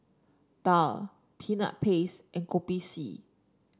daal Peanut Paste and Kopi C